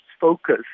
focus